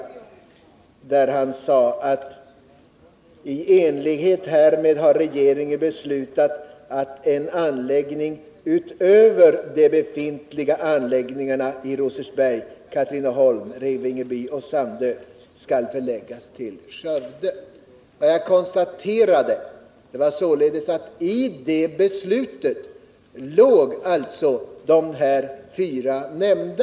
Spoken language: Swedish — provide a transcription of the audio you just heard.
Försvarsministern skrev bl.a. följande: ”I enlighet härmed har regeringen beslutat att en anläggning, utöver de befintliga anläggningarna i Rosersberg, Katrineholm, Revingeby och Sandö, skall förläggas till Skövde.” Vad jag konstaterade var således att beslutet upptog de nämnda fyra orterna.